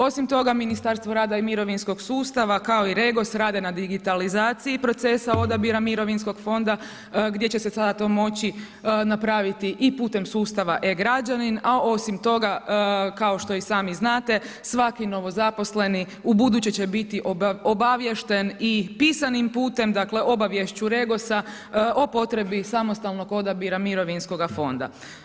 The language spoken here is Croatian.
Osim toga Ministarstvo rada i mirovinskog sustava kao i REGOS rade na digitalizaciji procesa odabira mirovinskog fonda gdje će se sada to moći napraviti i putem sustava e-građanin a osim toga kao što i sami znate svaki novozaposleni ubuduće će biti obaviješten i pisanim putem, dakle obaviješću REGOS-a o potrebi samostalnog odabira mirovinskoga fonda.